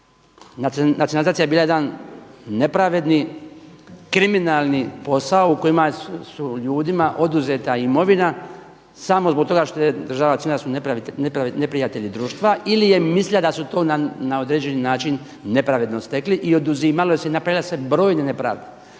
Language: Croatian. Nacionalizacija je bila jedan nepravedni kriminalni posao u kojima su ljudima oduzeta imovina samo zbog toga što je država …/Govornik se ne razumije./… su neprijatelji društva ili je mislio da su to na određeni način nepravedno stekli i oduzimalo se, napravile su se brojne nepravde.